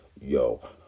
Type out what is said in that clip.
yo